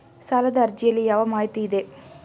ಸಾಲದ ಅರ್ಜಿಯಲ್ಲಿ ಯಾವ ಮಾಹಿತಿ ಇದೆ?